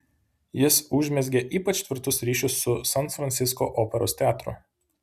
jis užmezgė ypač tvirtus ryšius su san francisko operos teatru